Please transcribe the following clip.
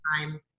time